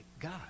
God